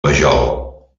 vajol